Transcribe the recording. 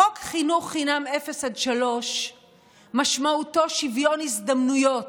חוק חינוך חינם אפס עד שלוש משמעותו שוויון הזדמנויות,